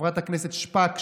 חברת הכנסת שפק,